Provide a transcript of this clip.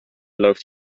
läuft